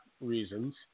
reasons